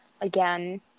again